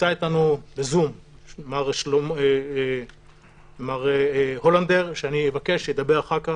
נמצא אותנו בזום מר הולנדר שאני אבקש שהוא ידבר אחר כך.